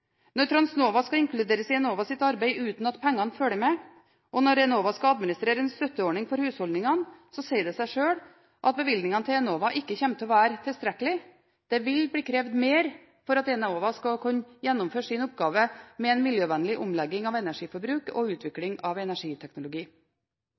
Når Transnova skal inkluderes i Enovas arbeid uten at pengene følger med, og når Enova skal administrere en støtteordning for husholdningene, sier det seg sjøl at bevilgningene til Enova ikke kommer til å være tilstrekkelige. Det vil bli krevd mer for at Enova skal kunne gjennomføre sin oppgave med en miljøvennlig omlegging av energiforbruk og